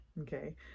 okay